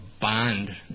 bond